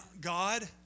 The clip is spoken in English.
God